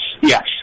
yes